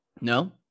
No